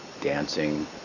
dancing